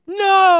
no